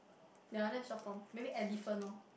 ya that's your form maybe elephant lor